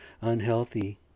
unhealthy